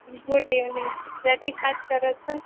good evening Pradeep વાત કરો છો